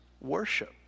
worship